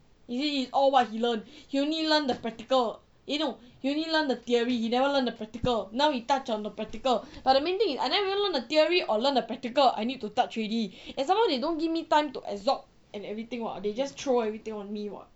he say it's all what he learnt he only learn the practical eh no he only learn the theory he never learn the practical now he touched on the practical but the main thing is I never even learn the theory or learn the practical I need to touch already and some more they don't give me time to absorb and everything [what] they just throw everything on me [what]